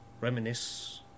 reminisce